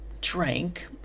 drank